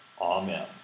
Amen